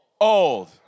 old